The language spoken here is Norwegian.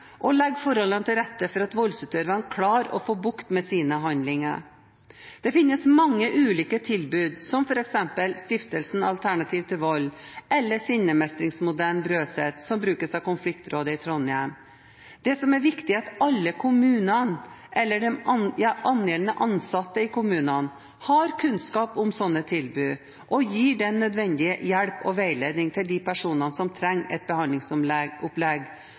og legge til rette for at voldsutøver klarer å få bukt med sine handlinger. Det finnes mange ulike tilbud, som f.eks. stiftelsen Alternativ til Vold, eller sinnemestringsmodellen ved Brøset, som brukes av Konfliktrådet i Trondheim. Det som er viktig, er at alle kommunene, eller de angjeldende ansatte i kommunene, har kunnskap om slike tilbud, og gir den nødvendige hjelp og veiledning til de personene som trenger et